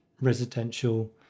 residential